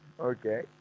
Okay